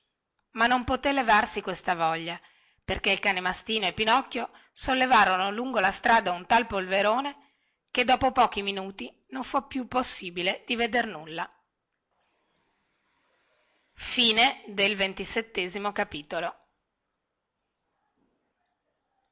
ma non poté levarsi questa voglia perché il cane mastino e pinocchio sollevarono lungo la strada un tal polverone che dopo pochi minuti non fu più possibile di veder nulla